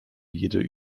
jede